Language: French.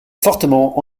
fortement